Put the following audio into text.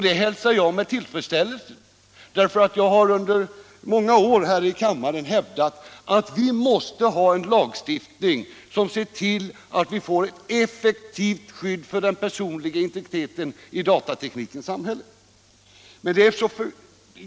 Detta hälsar jag med tillfredsställelse, för jag har under många år här i kammaren hävdat att vi måste ha en lagstiftning som ger effektivt skydd för den personliga integriteten i datateknikens samhälle.